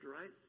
right